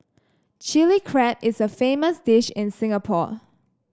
Chilli Crab is a famous dish in Singapore